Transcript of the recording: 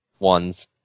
ones